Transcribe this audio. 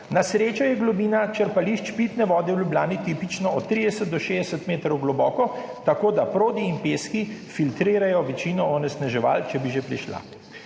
Na srečo je globina črpališč pitne vode v Ljubljani tipično od 30 do 60 metrov globoko, tako da prodi in peski filtrirajo večino onesnaževanj, če bi že prišla.